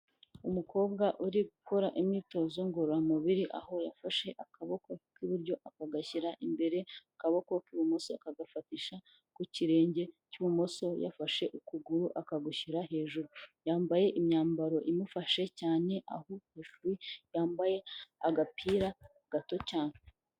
Umukobwa uri gukora imyitozo ngororamubiri, aho yafashe akaboko k'iburyo akagashyira imbere, akaboko k'ibumoso akagafatisha ku kirenge cy'ibumoso, yafashe ukuguru akagushyira hejuru, yambaye imyambaro imufashe cyane aho hejuru yambaye agapira gato cyane.